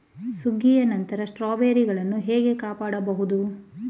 ಸುಗ್ಗಿಯ ನಂತರ ಸ್ಟ್ರಾಬೆರಿಗಳನ್ನು ಹೇಗೆ ಕಾಪಾಡ ಬಹುದು?